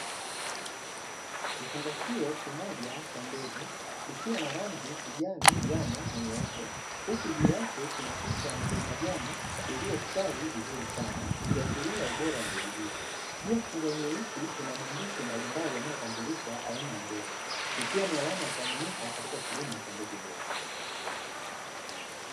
Kifungashio kimoja cha mbegu kikiwa na rangi kijani njano na nyeupe huku juu yake kinaficha mboga ya majani iliyostawi vizuri sana, ikiashiria ubora wa mbegu hii jua ya kifungoshio hiki kuna maandishi mbalimbali yanayotambulisha aina ya mbegu ikiwa ni alama ya kuaminika katika kilimo cha mbegu bora.